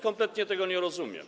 Kompletnie tego nie rozumiem.